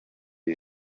ibi